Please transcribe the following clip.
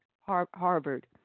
Harvard